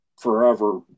forever